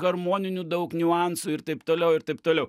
harmoninių daug niuansų ir taip toliau ir taip toliau